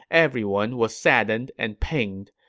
everyone was saddened and pained.